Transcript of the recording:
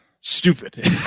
stupid